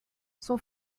son